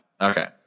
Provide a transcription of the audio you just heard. Okay